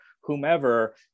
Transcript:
whomever